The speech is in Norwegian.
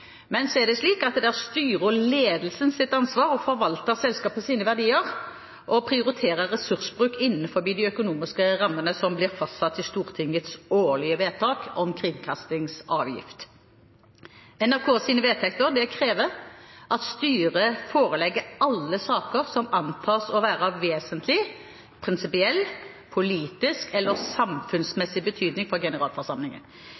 Men så er det slik at det er styret og ledelsens ansvar å forvalte selskapets verdier og prioritere ressursbruk innenfor de økonomiske rammene som blir fastsatt i Stortingets årlige vedtak om kringkastingsavgift. NRKs vedtekter krever at styret forelegger alle saker som antas å være av vesentlig, prinsipiell, politisk eller samfunnsmessig betydning for generalforsamlingen.